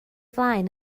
flaen